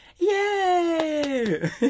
yay